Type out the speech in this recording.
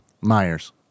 Myers